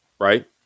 Right